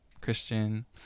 Christian